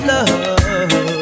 Love